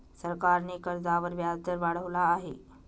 सरकारने कर्जावर व्याजदर वाढवला आहे